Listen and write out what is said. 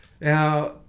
Now